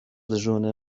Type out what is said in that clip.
dyżurny